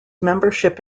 membership